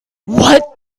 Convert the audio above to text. what